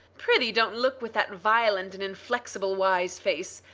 prithee don't look with that violent and inflexible wise face,